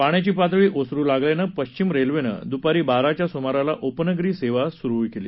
पाण्याची पातळी ओसरु लागल्यानं पश्चिम रेल्वेन दुपारी बाराच्या सुमाराला उपनगरी सेवा सुरु केली